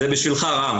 זה בשבילך, רם.